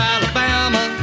Alabama